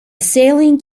saline